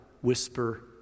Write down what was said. whisper